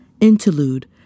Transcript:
Interlude